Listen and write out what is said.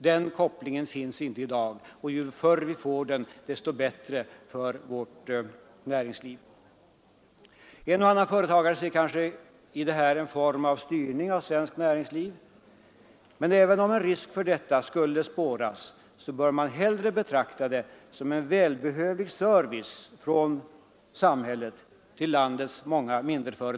Den kopplingen finns inte i dag, och ju förr vi får den, desto bättre för vårt näringsliv. En och annan företagare ser kanske i detta en form av styrning av svenskt näringsliv. Men även om en risk härför skulle kunna spåras, så bör man hellre betrakta det som en välbehövlig service från samhället till landets mindreföretagare.